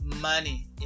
money